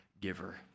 giver